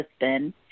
husband